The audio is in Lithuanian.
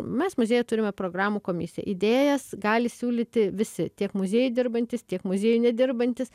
mes muziejuje turime programų komisiją idėjas gali siūlyti visi tiek muziejuj dirbantys tiek muziejuj nedirbantys